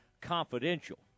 confidential